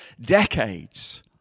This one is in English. decades